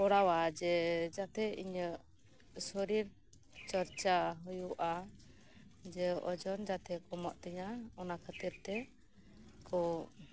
ᱠᱚᱨᱟᱭᱟ ᱡᱟᱛᱮ ᱤᱧᱟᱜ ᱥᱚᱨᱤᱨ ᱪᱚᱨᱪᱟ ᱦᱩᱭᱩᱜᱼᱟ ᱡᱮ ᱳᱡᱚᱱ ᱡᱟᱛᱮ ᱠᱚᱢᱚᱜ ᱛᱤᱧᱟ ᱚᱱᱟ ᱠᱷᱟᱹᱛᱤᱨ ᱛᱮ ᱠᱚ